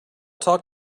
talk